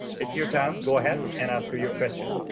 it's your time, go ahead and ask your question.